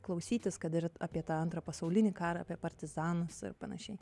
klausytis kad ir apie tą antrą pasaulinį karą apie partizanus ir panašiai